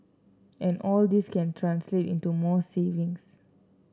and all this can translate into more savings